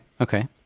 Okay